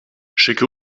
schicke